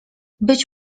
być